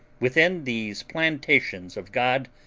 within these plantations of god,